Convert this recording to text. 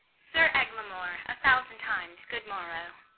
sir eglamour, a thousand times good morrow!